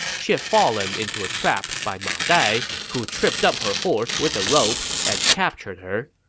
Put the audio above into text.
she had fallen into a trap by ma dai, who tripped up her horse with a rope and captured her.